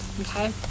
Okay